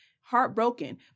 heartbroken